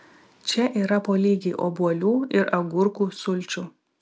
čia yra po lygiai obuolių ir agurkų sulčių